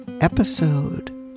episode